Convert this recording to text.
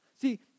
See